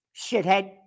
Shithead